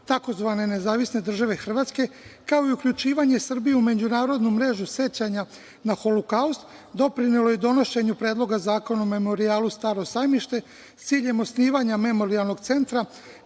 tzv. nezavisne države Hrvatske, kao i uključivanje Srbije u međunarodnu mrežu sećanja na Holokaust, doprinelo je donošenju Predloga zakona o Memorijalu "Staro sajmište", s ciljem osnivanja Memorijalnog centra